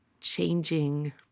changing